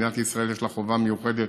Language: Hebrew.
למדינת ישראל יש חובה מיוחדת